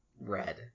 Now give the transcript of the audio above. Red